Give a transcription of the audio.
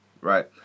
Right